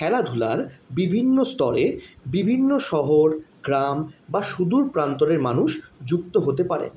খেলাধুলার বিভিন্ন স্তরে বিভিন্ন শহর গ্রাম বা সুদূর প্রান্তরের মানুষ যুক্ত হতে পারে